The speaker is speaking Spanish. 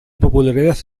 popularidad